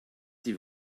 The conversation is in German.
die